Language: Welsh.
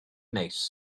neis